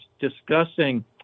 discussing